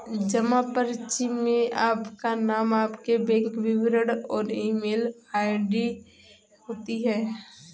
जमा पर्ची में आपका नाम, आपके बैंक विवरण और ईमेल आई.डी होती है